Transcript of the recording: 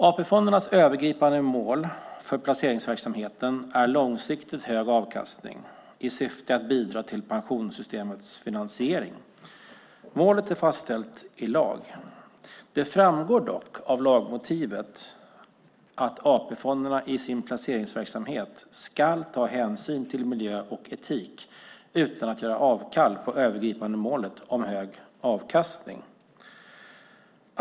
AP-fondernas övergripande mål för placeringsverksamheten är långsiktigt hög avkastning, i syfte att bidra till pensionssystemets finansiering. Målet är fastställt i lag. Det framgår dock av lagmotiven att AP-fonderna i sin placeringsverksamhet ska ta hänsyn till miljö och etik utan att göra avkall på det övergripande målet om hög avkastning.